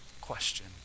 question